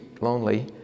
lonely